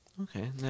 Okay